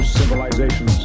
civilizations